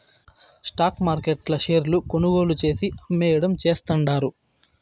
stock మార్కెట్ల షేర్లు కొనుగోలు చేసి, అమ్మేయడం చేస్తండారు